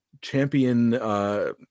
champion –